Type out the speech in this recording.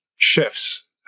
Shifts